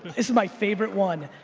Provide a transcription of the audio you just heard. it's my favorite one.